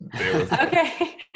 Okay